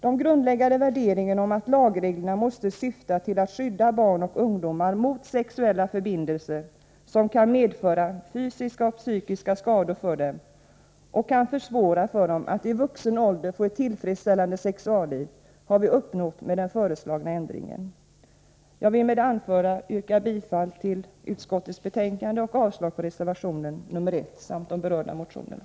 Den grundläggande värderingen om att lagreglerna måste syfta till att skydda barn och ungdomar mot sexuella förbindelser, som kan medföra fysiska och psykiska skador för dem och kan försvåra för dem att i vuxen ålder få ett tillfredsställande sexualliv, har vi uppnått med den föreslagna ändringen. Jag vill med det anförda yrka bifall till utskottets hemställan och avslag på reservation nr 1 samt de berörda motionerna.